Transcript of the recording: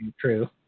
true